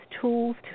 tools